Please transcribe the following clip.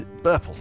burple